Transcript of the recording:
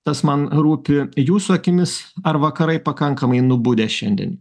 tas man rūpi jūsų akimis ar vakarai pakankamai nubudę šiandien